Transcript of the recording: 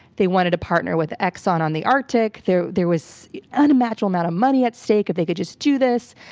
they wanted a partner with exxon on the arctic. there there was an unimaginable amount of money at stake if they could just do this,